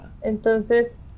entonces